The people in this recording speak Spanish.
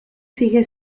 sigue